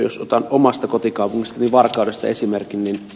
jos otan omasta kotikaupungistani varkaudesta esimerkin